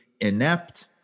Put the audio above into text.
inept